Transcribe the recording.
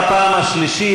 בלימת המסתננים,